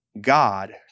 God